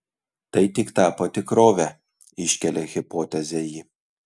tai tik tapo tikrove iškelia hipotezę ji